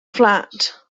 fflat